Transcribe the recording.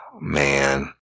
man